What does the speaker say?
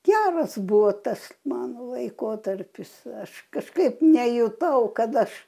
geras buvo tas man laikotarpis aš kažkaip nejutau kad aš